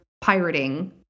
pirating